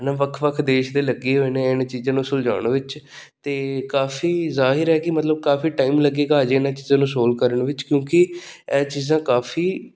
ਇਹਨਾਂ ਵੱਖ ਵੱਖ ਦੇਸ਼ ਦੇ ਲੱਗੇ ਹੋਏ ਨੇ ਇਹਨਾਂ ਚੀਜ਼ਾਂ ਨੂੰ ਸੁਲਝਾਉਣ ਵਿੱਚ ਅਤੇ ਕਾਫੀ ਜ਼ਾਹਿਰ ਹੈ ਕਿ ਮਤਲਬ ਕਾਫੀ ਟਾਈਮ ਲੱਗੇਗਾ ਅਜੇ ਇਹਨਾਂ ਚੀਜ਼ਾਂ ਨੂੰ ਸੋਲਵ ਕਰਨ ਵਿੱਚ ਕਿਉਂਕਿ ਇਹ ਚੀਜ਼ਾਂ ਕਾਫੀ